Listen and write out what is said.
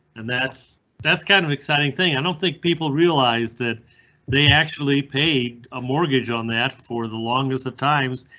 and that's that's kind of exciting thing. i don't think people realize that they actually paid a mortgage on that for the longest of times,